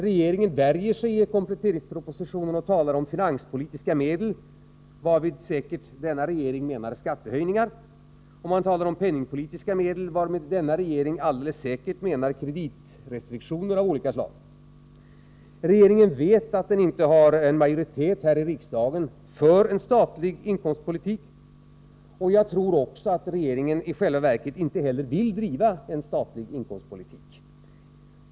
Regeringen värjer sig och talar i kompletteringspropositionen om finanspolitiska medel — varmed denna regering säkert menar skattehöjningar — och penningpolitiska medel, varmed denna regering alldeles säkert menar kreditrestriktioner av olika slag. Regeringen vet att den inte har majoritet här i riksdagen för en statlig inkomstpolitik, och jag tror att regeringen i själva verket inte heller vill driva en statlig inkomstpolitik.